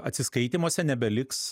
atsiskaitymuose nebeliks